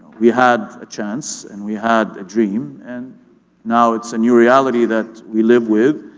we had a chance and we had a dream and now it's a new reality that we live with.